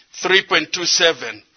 3.27